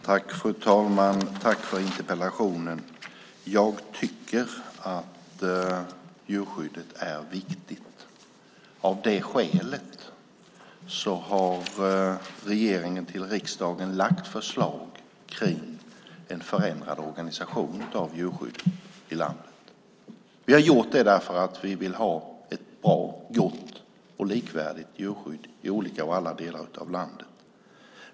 Fru talman! Tack för interpellationen, Tina Ehn! Jag tycker att djurskyddet är viktigt. Av det skälet har regeringen till riksdagen lagt fram förslag om en förändrad organisation av djurskyddet i landet. Vi har gjort det därför att vi vill ha ett bra, gott och likvärdigt djurskydd i olika och alla delar av landet.